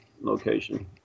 location